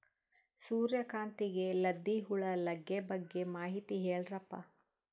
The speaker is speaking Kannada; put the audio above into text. ಸೂರ್ಯಕಾಂತಿಗೆ ಲದ್ದಿ ಹುಳ ಲಗ್ಗೆ ಬಗ್ಗೆ ಮಾಹಿತಿ ಹೇಳರಪ್ಪ?